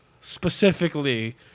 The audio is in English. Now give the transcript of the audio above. specifically